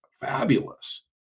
fabulous